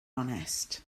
onest